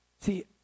See